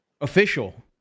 official